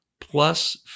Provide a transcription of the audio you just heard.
plus